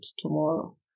tomorrow